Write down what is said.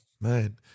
Man